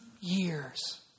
years